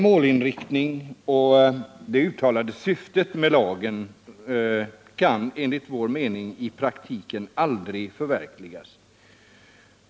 Målinriktningen och det uttalade syftet med lagen kan — enligt vår mening —i praktiken aldrig förverkligas.